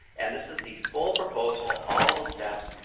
and this is the full proposal, all the steps,